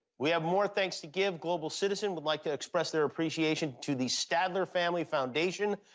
we have more thanks to give. global citizen would like to express their appreciation to the statler family foundation,